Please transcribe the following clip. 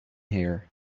here